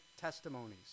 testimonies